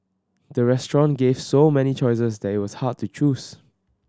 the restaurant gave so many choices that it was hard to choose